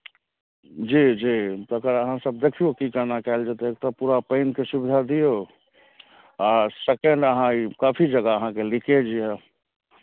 जी जी तकर अहाँसभ देखियौ की केना कयल जेतै एतय पूरा पानिके सुविधा दियौ आ सकेण्ड अहाँ ई काफी जगह अहाँके लीकेज यए